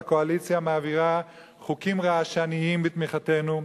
והקואליציה מעבירה חוקים רעשניים בתמיכתנו,